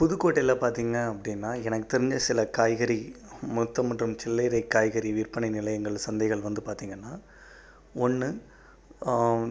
புதுக்கோட்டையில் பார்த்தீங்க அப்படின்னா எனக்கு தெரிஞ்ச சில காய்கறி மொத்த மற்றும் சில்லறை காய்கறி விற்பனை நிலையங்கள் சந்தைகள் வந்து பார்த்தீங்கனா ஒன்று